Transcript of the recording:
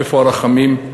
איפה הרחמים?